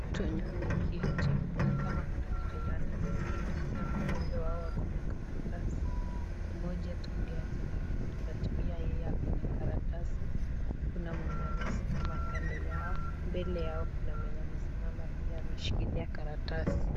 Watu wenye wameketi, inaonekana kuna kitu yenye wananakili, kila mmoja wao ako na karatasi, mmoja tu ndo hajanakili but[cs[ pia yeye ako na karatasi, kuna mwenye amesimama kando yao. Mbele yao kuna mwenye amesimama pia ameshikilia karatasi.